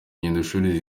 ingendoshuri